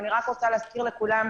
אני רק רוצה להזכיר לכולם,